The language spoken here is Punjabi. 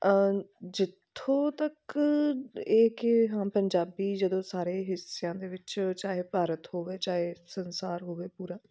ਜਿੱਥੋਂ ਤੱਕ ਇਹ ਕਿ ਹਾਂ ਪੰਜਾਬੀ ਜਦੋਂ ਸਾਰੇ ਹਿੱਸਿਆਂ ਦੇ ਵਿੱਚ ਚਾਹੇ ਭਾਰਤ ਹੋਵੇ ਚਾਹੇ ਸੰਸਾਰ ਹੋਵੇ ਪੂਰਾ